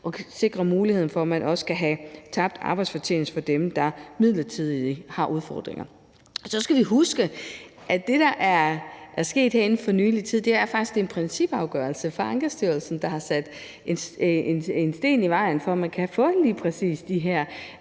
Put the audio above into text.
at sikre muligheden for at få kompensation for tabt arbejdsfortjeneste for dem, der midlertidigt har udfordringer. Så skal vi huske, at det, der er sket her inden for nyere tid, faktisk er, at det er en principafgørelse fra Ankestyrelsen, der har lagt en sten i vejen for, at man kan få lige præcis den her